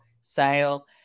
sale